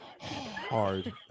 Hard